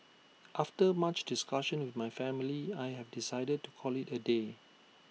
after much discussion with my family I have decided to call IT A day